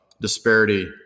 disparity